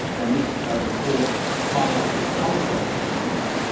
and this report highlights just some of those achievements,